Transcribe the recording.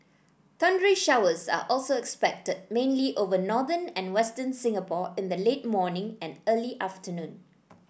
thundery showers are also expected mainly over northern and western Singapore in the late morning and early afternoon